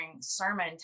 sermon